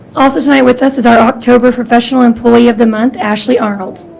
also tonight with us is our october professional employee of the month ashley arnold